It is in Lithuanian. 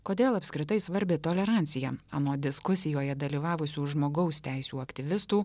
kodėl apskritai svarbi tolerancija anot diskusijoje dalyvavusių žmogaus teisių aktyvistų